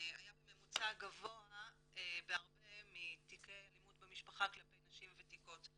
גבוה בהרבה מתיקי אלימות במשפחה כלפי נשים ותיקות.